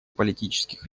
политических